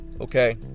okay